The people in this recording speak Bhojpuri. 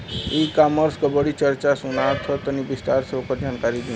ई कॉमर्स क बड़ी चर्चा सुनात ह तनि विस्तार से ओकर जानकारी दी?